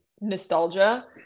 nostalgia